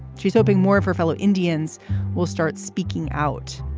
she's hoping more of her fellow indians will start speaking out.